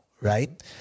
right